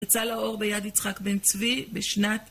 יצא לאור ביד יצחק בן צבי בשנת...